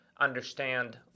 understand